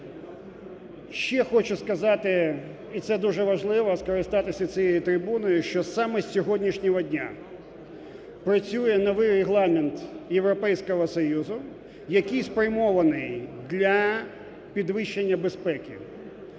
Ще хочу сказати і це дуже важливо, скористатися цією трибуною, що саме з сьогоднішнього дня працює новий Регламент Європейського Союзу, який спрямований для підвищення безпеки.